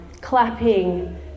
clapping